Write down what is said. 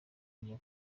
kujya